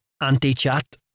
anti-chat